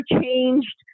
changed